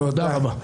תודה רבה.